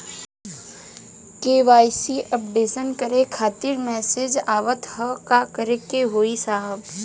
KYC updation करें खातिर message आवत ह का करे के होई साहब?